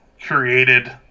created